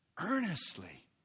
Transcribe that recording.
earnestly